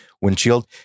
windshield